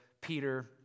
Peter